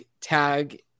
tag